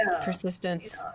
persistence